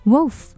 ？Wolf